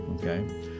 okay